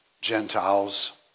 Gentiles